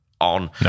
on